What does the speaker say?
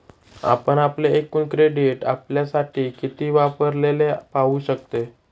आपण आपले एकूण क्रेडिट आपल्यासाठी किती वापरलेले पाहू शकते